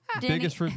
Biggest